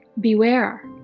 Beware